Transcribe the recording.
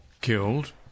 killed